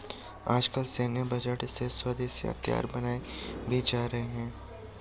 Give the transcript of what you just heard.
आजकल सैन्य बजट से स्वदेशी हथियार बनाये भी जा रहे हैं